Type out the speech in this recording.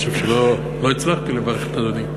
אני חושב שלא הצלחתי לברך את אדוני.